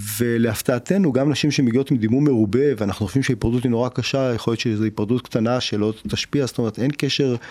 ולהפתעתנו גם נשים שמגיעות עם דימום מרובה ואנחנו חושבים שההיפרדות היא נורא קשה, יכול להיות שזו היפרדות קטנה שלא תשפיע, זאת אומרת אין קשר...